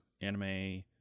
anime